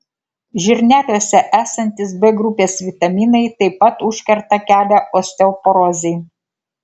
žirneliuose esantys b grupės vitaminai taip pat užkerta kelią osteoporozei